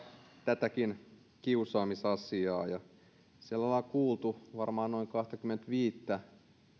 tätäkin kiusaamisasiaa ja siellä ollaan kuultu varmaan noin kahtakymmentäviittä